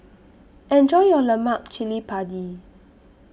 Enjoy your Lemak Cili Padi